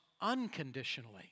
unconditionally